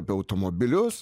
apie automobilius